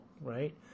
right